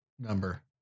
number